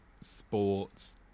sports